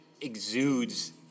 exudes